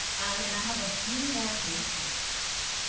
and i have a few more thank yous.